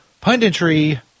punditry